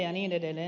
ja niin edelleen